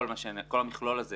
כל המכלול הזה